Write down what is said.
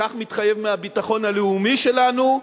כך מתחייב מהביטחון הלאומי שלנו,